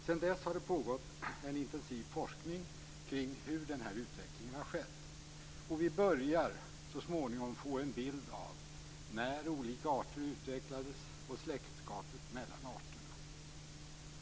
Sedan dess har det pågått en intensiv forskning kring hur den här utvecklingen har skett, och vi börjar så småningom få en bild av när olika arter utvecklades och av släktskapet mellan arterna.